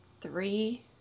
three